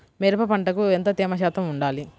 మిరప పంటకు ఎంత తేమ శాతం వుండాలి?